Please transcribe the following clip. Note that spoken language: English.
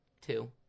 Two